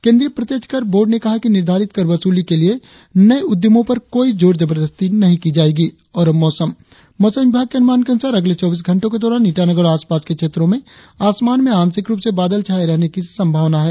केंद्रीय प्रत्यक्ष कर बोर्ड ने कहा है कि निर्धारित कर वसूली के लिए नए उद्यमों पर कोई जोर जबर्दस्ती नहीं की जाएगी और अब मौसम मौसम विभाग के अनुमान के अनुसार अगले चौबीस घंटो के दौरान ईटानगर और आसपास के क्षेत्रो में आसमान में आंशिक रुप से बादल छाये रहने की संभावना है